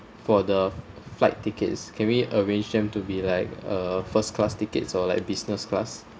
for the flight tickets can we arrange them to be like a first class tickets or like business class